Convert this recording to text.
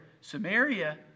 Samaria